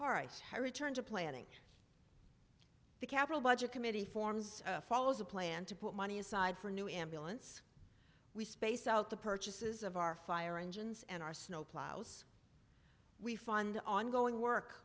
high return to planning the capital budget committee forms follows a plan to put money aside for new ambulance we space out the purchases of our fire engines and our snowplows we fund ongoing work